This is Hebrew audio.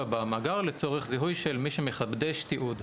במאגר לצורך זיהוי של מי שמחדש תיעוד.